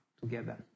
together